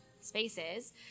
spaces